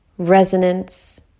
Resonance